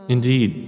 Indeed